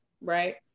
right